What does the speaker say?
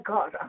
God